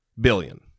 billion